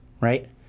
right